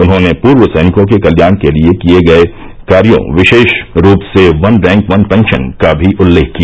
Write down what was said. उन्होंने पूर्व सैनिकों के कल्याण के लिए किए गये कार्यों विशेष रूपसे दन रैंक वन पैंशन का भी उल्लेख किया